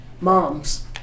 Moms